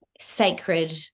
sacred